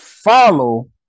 Follow